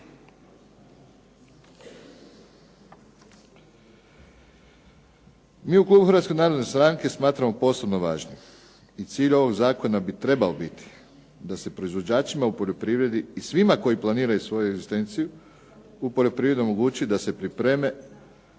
MI u Klubu Hrvatske narodne stranke smatramo posebno važnim i cilj ovog Zakona bi trebao biti da se proizvođačima u poljoprivredi i svima koji planiraju svoju egzistenciju u poljoprivredi omogući da se pripreme